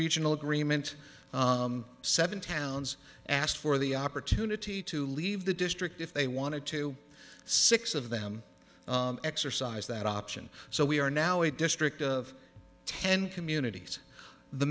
regional agreement seven towns asked for the opportunity to leave the district if they wanted to six of them exercise that option so we are now a district of ten communities the